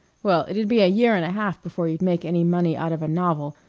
well, it'd be a year and a half before you'd make any money out of a novel.